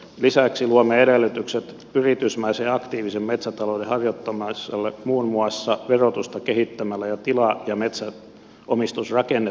lisäksi luomme edellytykset yritysmäisen ja aktiivisen metsätalouden harjoittamiselle muun muassa verotusta kehittämällä ja tila ja metsänomistusrakennetta parantamalla